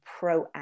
proactive